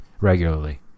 regularly